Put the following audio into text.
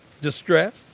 Distress